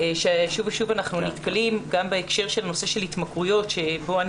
שוב ושוב אנחנו נתקלים גם בהקשר של נושא ההתמכרויות שבו אני